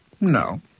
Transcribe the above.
No